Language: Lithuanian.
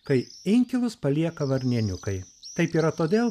kai inkilus palieka varnėniukai taip yra todėl